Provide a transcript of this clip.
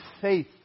faith